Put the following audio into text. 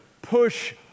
push